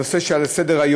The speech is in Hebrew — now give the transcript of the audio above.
הנושא שעל סדר-היום.